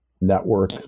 network